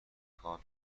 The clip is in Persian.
کاش